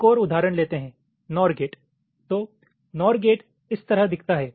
एक और उदाहरण लेते हैं - नोर गेट तो नोर गेट इस तरह दिखता है